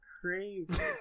Crazy